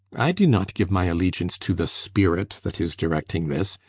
i do not give my allegiance to the spirit that is directing this,